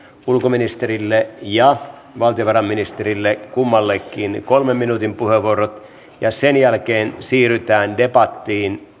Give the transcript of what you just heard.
ulkoministerille ja valtiovarainministerille kummallekin kolmen minuutin puheenvuorot ja sen jälkeen siirrytään debattiin